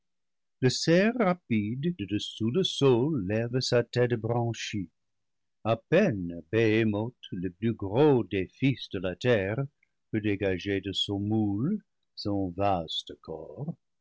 le sol lève sa tête branchue a peine béhémoth le plus gros des fils de la terre peut dé gager de son moule son vase corps